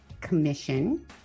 Commission